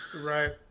Right